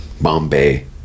Bombay